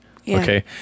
Okay